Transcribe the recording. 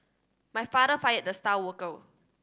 my father fired the star worker